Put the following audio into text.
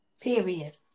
Period